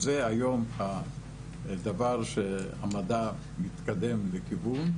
אז זה היום הדבר שהמדע מתקדם לכיוונו,